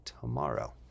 tomorrow